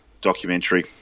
documentary